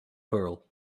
pearl